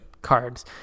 cards